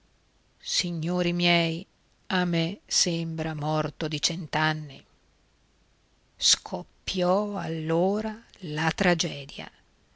signori miei a me sembra morto di cent'anni scoppiò allora la tragedia